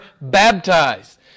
baptized